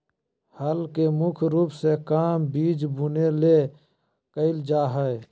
हल के मुख्य रूप से काम बिज बुने ले कयल जा हइ